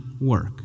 work